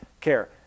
Care